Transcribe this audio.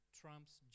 trumps